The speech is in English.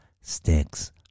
sticks